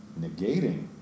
negating